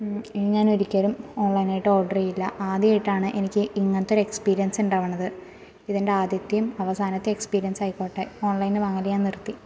ഇനി ഞാനൊരിക്കലും ഓൺലൈനായിട്ട് ഓഡർ ചെയ്യില്ല ആദ്യമായിട്ടാണ് എനിക്ക് ഇങ്ങനത്തൊരു എക്സ്പീരിയൻസ് ഉണ്ടാവുന്നത് ഇതെൻ്റെ ആദ്യത്തേയും അവസാനത്തേയും എക്സ്പീരിയൻസായിക്കോട്ടെ ഓൺലൈനിൽ വാങ്ങൽ ഞാൻ നിർത്തി